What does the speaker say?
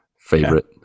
favorite